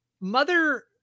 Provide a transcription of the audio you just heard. mother